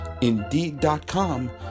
indeed.com